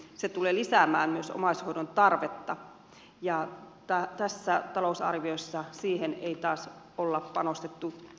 se tulee lisäämään myös omaishoidon tarvetta ja tässä talousarviossa siihen ei taas ole panostettu ollenkaan